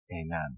Amen